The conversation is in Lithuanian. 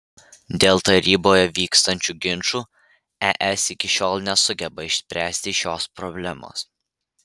dėl taryboje vykstančių ginčų es iki šiol nesugeba išspręsti šios problemos